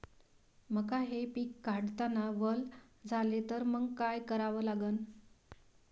मका हे पिक काढतांना वल झाले तर मंग काय करावं लागन?